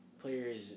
players